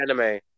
anime